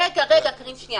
רגע, קארין.